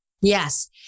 Yes